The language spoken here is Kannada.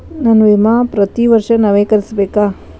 ನನ್ನ ವಿಮಾ ಪ್ರತಿ ವರ್ಷಾ ನವೇಕರಿಸಬೇಕಾ?